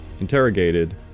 interrogated